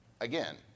Again